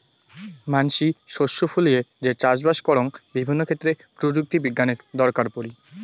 মানসি শস্য ফলিয়ে যে চাষবাস করং বিভিন্ন ক্ষেত্রে প্রযুক্তি বিজ্ঞানের দরকার পড়ি